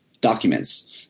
documents